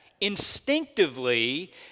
instinctively